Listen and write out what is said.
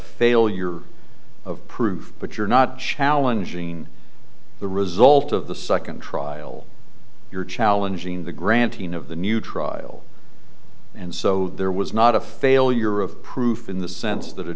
failure of proof but you're not challenging the result of the second trial you're challenging the granting of the new trial and so there was not a failure of proof in the sense that a